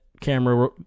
camera